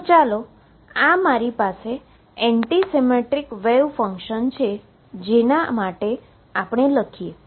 તો ચાલો antisymmetric wave function માટે લખીએ